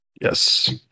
Yes